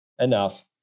enough